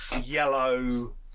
yellow